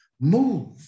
Move